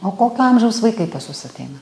o kokio amžiaus vaikai pas jus ateina